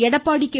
Edappadi K